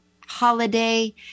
holiday